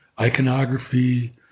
iconography